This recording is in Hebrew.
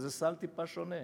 שזה סל טיפה שונה.